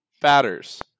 batters